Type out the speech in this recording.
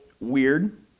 weird